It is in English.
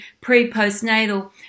pre-postnatal